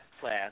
class